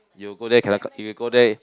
you go there cannot come you go there